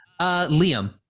Liam